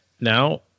now